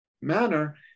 manner